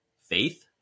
faith